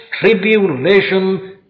tribulation